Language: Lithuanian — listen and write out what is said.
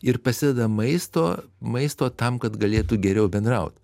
ir pasideda maisto maisto tam kad galėtų geriau bendraut